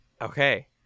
Okay